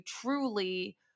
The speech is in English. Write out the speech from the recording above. truly